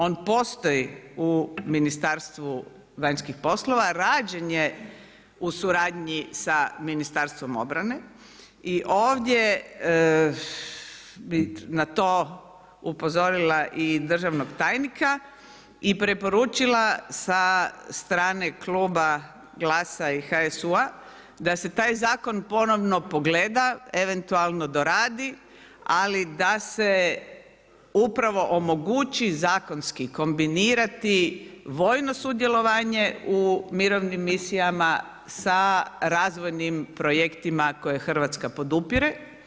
On postoji u Ministarstvu vanjskih poslova, rađen je u suradnji sa Ministarstvom obrane i ovdje bi na to upozorila i državnog tajnika i preporučila sa strane kluba GLAS-a i HSU-a da se taj zakon ponovno pogleda, eventualno doradi, ali da se upravo omogućiti zakonski kombinirati vojno sudjelovanje u mirovnim misijama sa razvojnim projektima koje Hrvatska podupire.